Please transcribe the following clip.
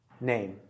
name